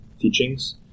teachings